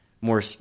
more